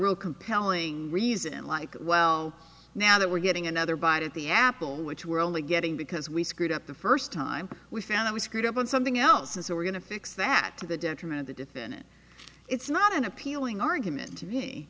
real compelling reason like well now that we're getting another bite at the apple which we're only getting because we screwed up the first time we found out we screwed up on something else and so we're going to fix that to the detriment of the defendant it's not an appealing argument to me